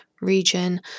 region